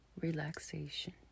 relaxation